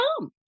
come